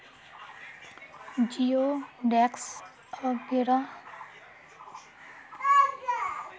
जिओडेक्स वगैरह बेल्वियात राखाल गहिये